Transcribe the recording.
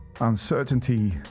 Uncertainty